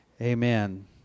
Amen